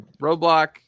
roblox